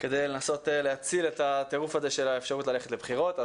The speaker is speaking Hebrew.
כדי לנסות להציל את הטירוף הזה של האפשרות ללכת לבחירות,